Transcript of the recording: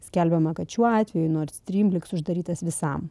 skelbiama kad šiuo atveju nord strym liks uždarytas visam